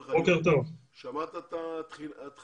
וגם כאן אחד הקריטריונים שנקבע בהחלטת הממשלה,